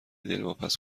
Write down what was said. دلواپس